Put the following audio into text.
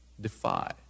defy